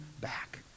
back